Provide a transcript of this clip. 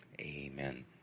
Amen